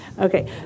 Okay